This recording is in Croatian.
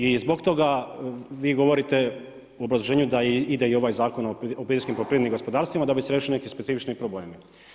I zbog toga vi govorite u obrazloženju da ide i ovaj Zakon o obiteljskim poljoprivrednim gospodarstvima da bi se riješili neki specifični problemi.